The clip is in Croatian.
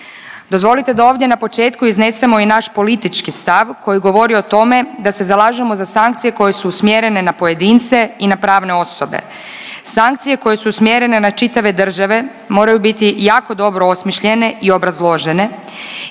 Dozvolite da ovdje na početku iznesemo i naš politički stav koji govori o tome da se zalažemo za sankcije koje su usmjerene na pojedince i na pravne osobe. Sankcije koje su usmjerene na čitave države moraju biti jako dobro osmišljene i obrazložene